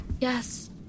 Yes